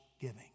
giving